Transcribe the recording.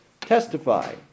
testify